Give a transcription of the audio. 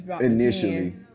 initially